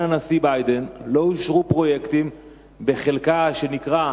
הנשיא ביידן לא אושרו פרויקטים בחלקה שנקרא,